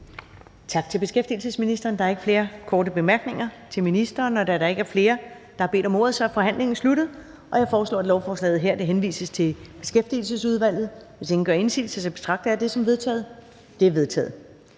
Tak til beskæftigelsesministeren. Der er ikke flere korte bemærkninger til ministeren. Da der ikke er flere, der har bedt om ordet, er forhandlingen sluttet. Jeg foreslår, at lovforslaget henvises til Beskæftigelsesudvalget. Hvis ingen gør indsigelse, betragter jeg det som vedtaget. Det er vedtaget.